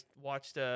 watched